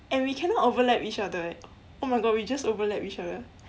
and we cannot overlap each other eh oh my god we just overlapped each other